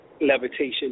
levitation